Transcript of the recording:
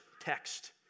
text